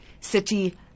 city